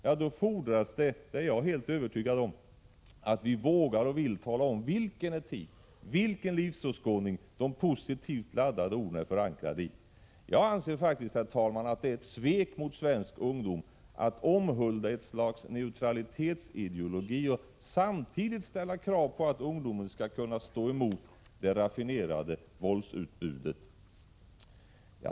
Ja, då fordras det — det är jag helt övertygad om — att vi vågar och vill tala om vilken etik, vilken livsåskådning de positivt laddade orden är förankrade i. Jag anser faktiskt, herr talman, att det är ett svek mot svensk ungdom att omhulda ett slags neutralitetsideologi och samtidigt ställa krav på att ungdomen skall kunna stå emot det raffinerade våldsutbudet.